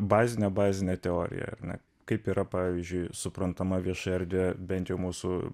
bazinę bazinę teoriją ar ne kaip yra pavyzdžiui suprantama vieša erdvė bent jau mūsų